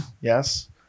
Yes